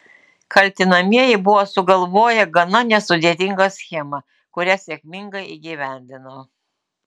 kaltinamieji buvo sugalvoję gana nesudėtingą schemą kurią sėkmingai įgyvendino